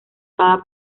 cada